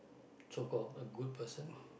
so called a good person